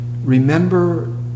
Remember